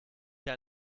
hier